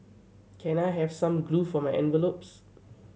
can I have some glue for my envelopes